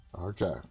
Okay